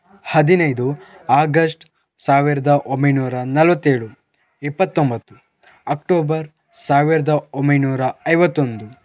ಹದಿನೈದು ಆಗಸ್ಟ್ ಸಾವಿರದ ಒಂಬೈನೂರ ನಲ್ವತ್ತೇಳು ಇಪ್ಪತ್ತೊಂಬತ್ತು ಅಕ್ಟೋಬರ್ ಸಾವಿರದ ಒಂಬೈನೂರ ಐವತ್ತೊಂದು